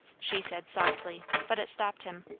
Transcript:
she said softly, but it stopped him.